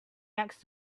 next